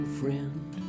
friend